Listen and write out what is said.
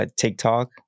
TikTok